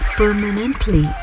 permanently